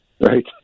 Right